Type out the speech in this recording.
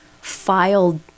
filed